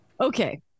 Okay